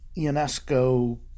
Ionesco